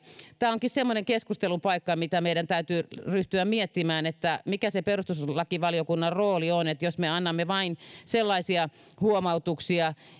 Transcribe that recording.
tämä onkin semmoinen keskustelun paikka mitä meidän täytyy ryhtyä miettimään että mikä se perustuslakivaliokunnan rooli on jos me annamme vain sellaisia huomautuksia